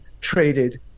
traded